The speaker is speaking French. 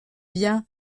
bien